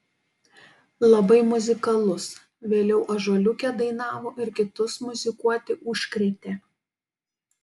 labai muzikalus vėliau ąžuoliuke dainavo ir kitus muzikuoti užkrėtė